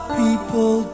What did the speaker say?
people